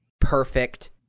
perfect